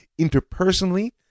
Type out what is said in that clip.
Interpersonally